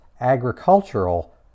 agricultural